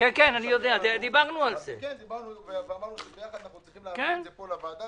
שיחד אנחנו צריכים להביא את זה פה לוועדה